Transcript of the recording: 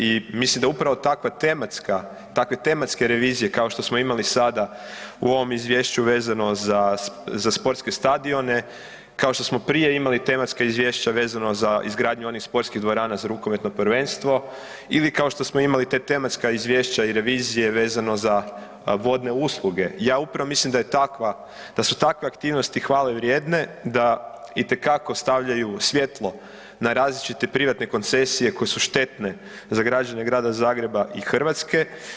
I mislim da upravo takve tematske revizije kao što smo imali sada u ovom izvješću vezano za sportske stadione, kao što smo prije imali tematska izvješća vezano za izgradnja onih sportskih dvorana za rukometno prvenstvo ili kao što smo imali ta tematska izvješća i revizije vezano za vodne usluge, ja upravo mislim da su takve aktivnosti hvale vrijedne, da itekako stavljaju svjetlo na različite privatne koncesije koje su štetne za građane Grada Zagreba i Hrvatske.